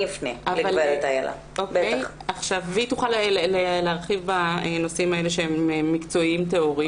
היא תוכל להרחיב בנושאים שהם מקצועיים טהורים.